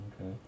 Okay